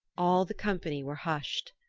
all the company were hushed.